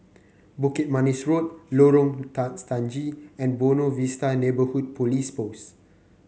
Bukit Manis Road Lorong Stangee and Buona Vista Neighbourhood Police Post